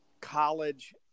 college